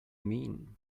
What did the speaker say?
mean